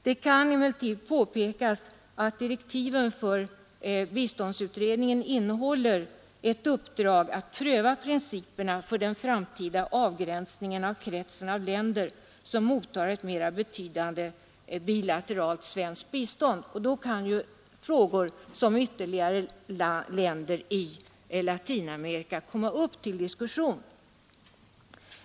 Det kan emellertid påpekas att direktiven för 75 biståndsutredningen innehåller ett uppdrag att pröva principerna för den framtida avgränsningen av kretsen av länder som mottar ett mera betydande bilateralt svenskt bistånd, och då kan ju frågor om ytterligare länder i Latinamerika komma upp till diskussion.